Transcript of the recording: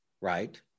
Right